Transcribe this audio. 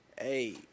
Hey